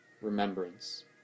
remembrance